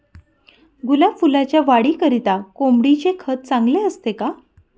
गुलाब फुलाच्या वाढीकरिता कोंबडीचे खत चांगले असते का?